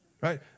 right